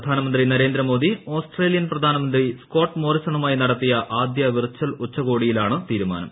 പ്രധാനമന്ത്രി നരേന്ദ്രമോദി ഓസ്ട്രേലിയൻ പ്രധാനമന്ത്രി സ്കോട്ട്മോറിസണുമായി നടത്തിയ ആദ്യ വിർച്ചൽ ഉച്ചുകോടിയിലാണ് തീരുമാനം